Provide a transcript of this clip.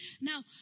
Now